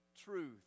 truth